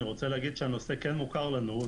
אני רוצה להגיד שהנושא כן מוכר לנו,